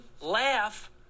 laugh